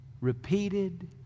Repeated